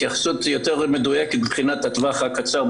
התייחסות יותר מדויקת מבחינת הטווח הקצר,